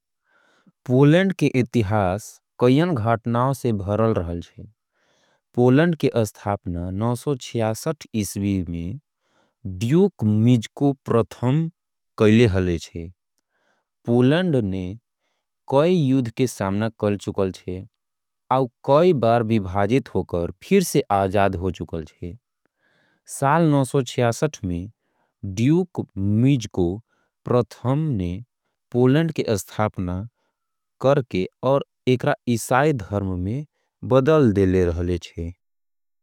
पोलैंड के इतिहास कई अन घटना से भरल रहे छे। पोलैंड के स्थापना नौ सो चियासट में मिज़्को प्रथम। कायले हाले छे पोलैंड कई युद्ध के सामना करल रहे छे। और कई बार विभाजित होके फिर से आजाद हो चुके छे। पोलैंड के स्थापना नौ सो चियासट में मिज़्को प्रथम। कायले हाले छे और एकरा ईसाई धर्म में बदल देहे छे।